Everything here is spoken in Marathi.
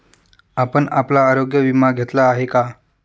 आपण आपला आरोग्य विमा घेतला आहे का?